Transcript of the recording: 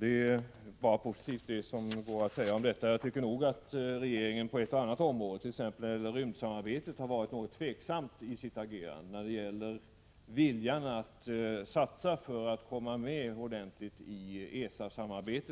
Det finns bara positiva saker att säga om detta. Jag tycker nog att regeringen på ett och annat område, t.ex. när det gäller rymdsamarbetet, har varit något tveksam i sitt agerande vad gäller viljan att satsa på att komma med ordentligt t.ex. i ESA-samarbetet.